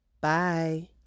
bye